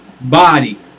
body